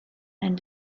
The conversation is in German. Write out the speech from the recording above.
ein